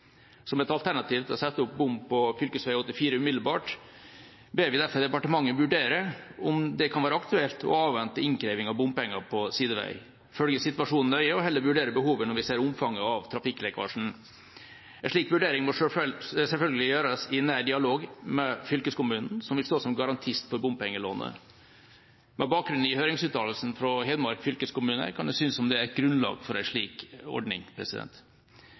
Som et alternativ til å sette opp bom på fv. 84 umiddelbart ber vi derfor departementet vurdere om det kan være aktuelt å avvente innkreving av bompenger på sidevei, og heller følge situasjonen nøye og vurdere behovet når vi ser omfanget av trafikklekkasjen. En slik vurdering må selvfølgelig gjøres i nær dialog med fylkeskommunen, som vil stå som garantist for bompengelånet. Med bakgrunn i høringsuttalelsen fra Hedmark fylkeskommune kan det se ut som det er grunnlag for en slik ordning.